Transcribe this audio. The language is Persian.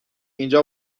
اینجا